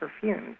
perfumes